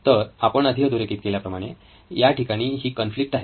तर आपण आधी अधोरेखित केल्याप्रमाणे याठिकाणी हीच कॉन्फ्लिक्ट आहे